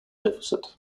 deficit